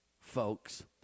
folks